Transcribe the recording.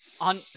On